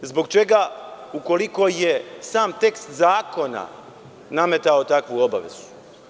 Zbog čega, ukoliko je sam tekst zakona nametao takvu obavezu?